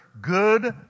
good